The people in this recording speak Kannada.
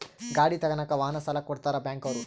ಗಾಡಿ ತಗನಾಕ ವಾಹನ ಸಾಲ ಕೊಡ್ತಾರ ಬ್ಯಾಂಕ್ ಅವ್ರು